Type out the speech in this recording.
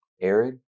arid